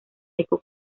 seco